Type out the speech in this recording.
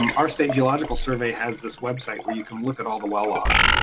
um our state geological survey has this website where you can look at all the well logs.